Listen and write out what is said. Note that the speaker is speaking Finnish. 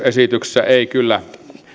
esityksessä ei kyllä